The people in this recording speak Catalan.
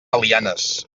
belianes